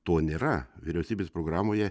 to nėra vyriausybės programoje